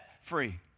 free